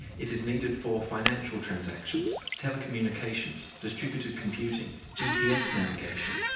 it is needed for financial transactions, telecommunications, distributed computing, gps navigation,